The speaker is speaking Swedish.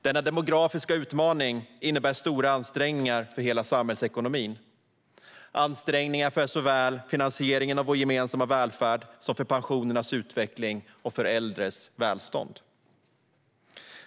Denna demografiska utmaning innebär stora ansträngningar för hela samhällsekonomin - såväl för finansieringen av vår gemensamma välfärd som för pensionernas utveckling och äldres välstånd.